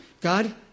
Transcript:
God